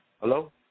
Hello